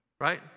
Right